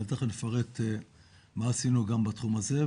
אבל תכף נפרט מה עשינו גם בתחום הזה.